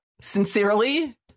sincerely